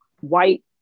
white